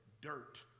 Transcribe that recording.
dirt